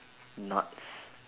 nuts